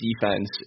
defense